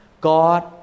God